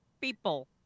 people